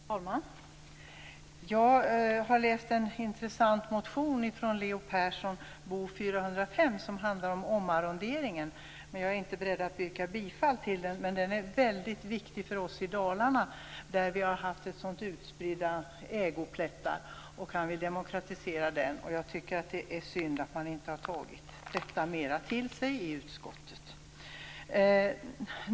Fru talman! Jag har läst en intressant motion från Leo Persson, Bo405, som handlar om omarrenderingen. Jag är inte beredd att yrka bifall när det gäller denna, men den är väldigt viktig för oss i Dalarna, där vi ju har haft så utspridda ägoplättar. Han vill demokratisera detta. Jag tycker att det är synd att man inte har tagit detta till sig mer i utskottet.